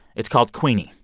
it's called queenie.